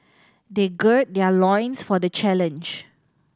they gird their loins for the challenge